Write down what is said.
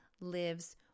lives